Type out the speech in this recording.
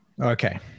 okay